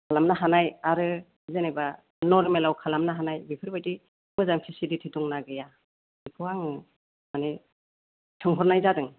खालामनो हानाय आरो जेनेबा नर्मेलाव खालामनो हानाय बेफोरबायदि मोजां फेसिलिटि दंना गैया बेखौ आं माने सोंहरनाय जादों